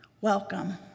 welcome